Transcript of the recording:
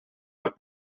like